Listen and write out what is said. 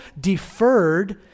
deferred